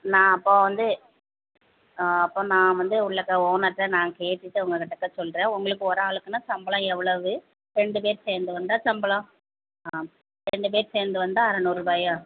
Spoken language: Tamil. நான் அப்போது வந்து அப்போ நான் வந்து உள்ளக்க ஓனர்கிட்ட நான் கேட்டுவிட்டு உங்கள் கிட்டக்க சொல்கிறேன் உங்களுக்கு ஒரு ஆளுக்குனால் சம்பளம் எவ்வளோவு ரெண்டு பேர் சேர்ந்து வந்தால் சம்பளம் ஆ ரெண்டு பேர் சேர்ந்து வந்தால் அறுநூறுபாயா